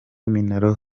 minaloc